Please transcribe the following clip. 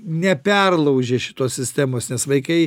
neperlaužė šitos sistemos nes vaikai